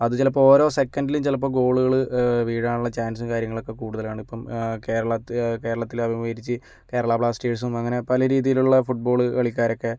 അത് ചിലപ്പോൾ ഓരോ സെക്കന്റിലും ചിലപ്പം ഗോളുകൾ വീഴാനുള്ള ചാൻസും കാര്യങ്ങളും ഒക്കെ കൂടുതലാണിപ്പം കേരളത്തിൽ കേരളത്തിൽ അഭിമുഖരിച്ച് കേരളാ ബ്ലാസ്റ്റേഴ്സും അങ്ങനെ പല രീതിയിലുള്ള ഫുട് ബോൾ കളിക്കാരൊക്കെ